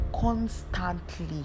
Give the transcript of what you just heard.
constantly